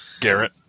Garrett